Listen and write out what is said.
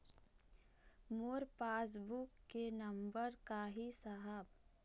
मोर passbook के number का ही साहब?